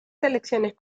selecciones